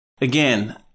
again